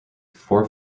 four